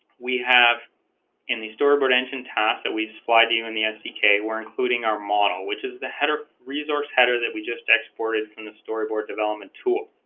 we have in the storyboard engine tasks that we supplied to you in the sdk we're including our model which is the header resource header that we just exported from the storyboard development tool